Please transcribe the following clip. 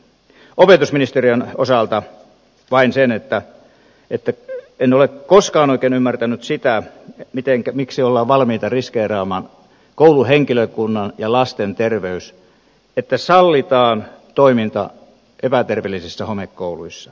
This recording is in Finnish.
opetusministeriön osalta totean vain sen että en ole koskaan oikein ymmärtänyt sitä miksi ollaan valmiita riskeeraamaan kouluhenkilökunnan ja lasten terveys ja sallitaan toiminta epäterveellisissä homekouluissa